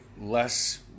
less